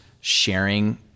sharing